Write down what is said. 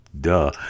Duh